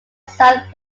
south